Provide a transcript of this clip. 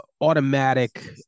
automatic